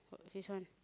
this one